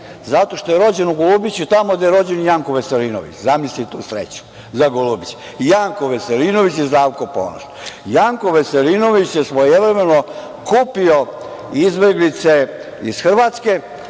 zato što je rođen u Golubiću, tamo gde je rođen i Janko Veselinović. Zamisli tu sreću, za Golubić, Janko Veselinović i Zdravko Ponoš. Janko Veselinović je svojevremeno kupio izbeglice iz Hrvatske,